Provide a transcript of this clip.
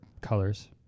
colors